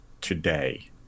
today